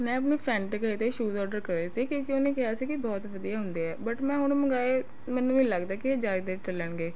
ਮੈਂ ਆਪਣੇ ਫ਼ਰੈਡ ਦੇ ਕਹੇ 'ਤੇ ਸ਼ੂਜ਼ ਆਰਡਰ ਕਰੇ ਸੀ ਕਿਉਂਕਿ ਉਹਨੇ ਕਿਹਾ ਸੀ ਕਿ ਬਹੁਤ ਵਧੀਆ ਹੁੰਦੇ ਹੈ ਬਟ ਮੈਂ ਹੁਣ ਮੰਗਵਾਏ ਮੈਨੂੰ ਨਹੀਂ ਲੱਗਦਾ ਕਿ ਇਹ ਜ਼ਿਆਦਾ ਦੇਰ ਚੱਲਣਗੇ